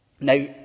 Now